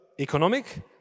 economic